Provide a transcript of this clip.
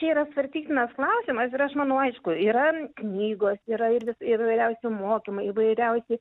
čia yra svarstytinas klausimas ir aš manau aišku yra knygos yra ir vis įvairiausi mokymai įvairiausi